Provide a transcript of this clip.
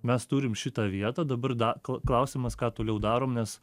mes turim šitą vietą dabar da kla klausimas ką toliau darom nes